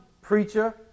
preacher